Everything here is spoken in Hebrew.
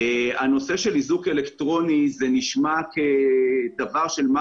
הנושא של איזוק אלקטרוני נשמע כדבר של מה